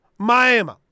Miami